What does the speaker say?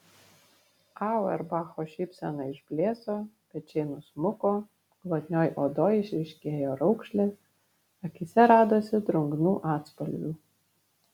auerbacho šypsena išblėso pečiai nusmuko glotnioj odoj išryškėjo raukšlės akyse radosi drungnų atspalvių